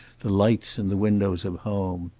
the lights in the windows of home.